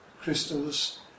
crystals